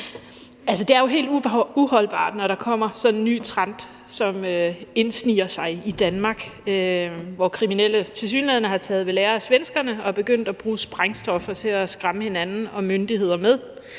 Det er jo helt uholdbart, når der kommer sådan en ny trend, som indsniger sig i Danmark, hvor kriminelle tilsyneladende har taget ved lære af svenskerne og er begyndt at bruge sprængstoffer til at skræmme hinanden og myndigheder med.